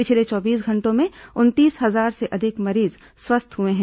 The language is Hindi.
पिछले चौबीस घंटों में उनतीस हजार से अधिक मरीज स्वस्थ हुए हैं